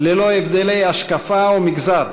ללא הבדלי השקפה ומגזר.